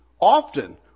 often